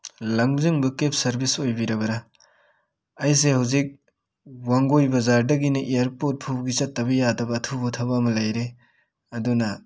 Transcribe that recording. ꯂꯝꯖꯤꯡꯕ cab service ꯑꯣꯏꯕꯤꯔꯕꯔꯥ ꯑꯩꯁꯦ ꯍꯧꯖꯤꯛ ꯋꯥꯡꯒꯣꯏ ꯕꯖꯥꯔꯗꯒꯤꯅꯤ ꯏꯌꯥꯔꯄꯣꯔꯠ ꯐꯥꯎꯒꯤ ꯆꯠꯇꯕ ꯌꯥꯗꯕ ꯑꯊꯨꯕ ꯊꯕꯛ ꯑꯃ ꯂꯩꯔꯦ ꯑꯗꯨꯅ